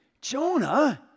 Jonah